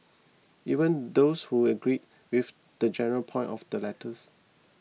even those who agreed with the general point of the letters